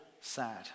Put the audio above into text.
sad